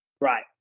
Right